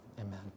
Amen